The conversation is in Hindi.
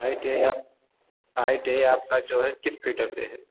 है के आए थे आपका जो है किस पर है